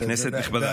כנסת נכבדה.